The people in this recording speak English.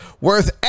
worth